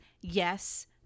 yes